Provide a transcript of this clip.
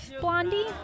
Blondie